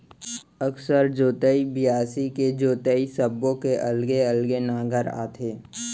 अकरस जोतई, बियासी के जोतई सब्बो के अलगे अलगे नांगर आथे